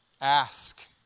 ask